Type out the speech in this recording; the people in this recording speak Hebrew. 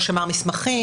לא שמר מסמכים.